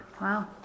wow